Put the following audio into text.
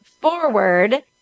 forward